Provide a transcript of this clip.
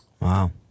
Wow